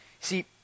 See